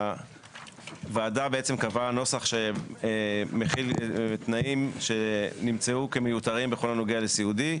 הוועדה בעצם קבעה נוסח שמכיל תנאים שנמצאו כמיותרים בכל הנוגע לסיעודי,